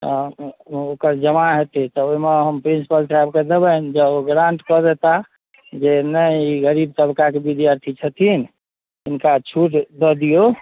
ओकर जमा हेतै तब ओहिमे हम प्रिन्सिपल साहबके देबनि जँ ओ ग्रान्ट कऽ देता जे नहि ई गरीब तबकाके विद्यार्थी छथिन हिनका छूट दऽ दिऔ